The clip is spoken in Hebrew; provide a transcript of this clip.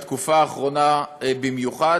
בתקופה האחרונה במיוחד,